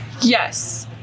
yes